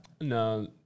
No